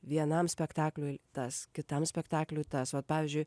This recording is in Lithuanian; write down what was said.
vienam spektakliui tas kitam spektakliui tas vat pavyzdžiui